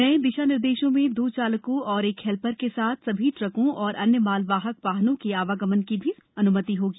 नए दिशा निर्देशों में दो चालकों और एक हेल्पर के साथ सभी ट्रकों और अन्य मालवाहक वाहनों के आवगमन की भी अन्यमति होगी